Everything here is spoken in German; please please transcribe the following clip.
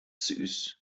süß